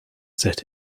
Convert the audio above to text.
set